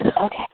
Okay